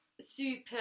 super